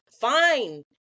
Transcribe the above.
Fine